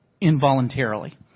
involuntarily